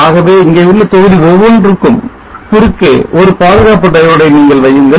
ஆகவே ஆகவே இங்கேயுள்ள தொகுதி ஒன்றுக்கும் குறுக்கே ஒரு பாதுகாப்பு diode ஐ நீங்கள் வையுங்கள்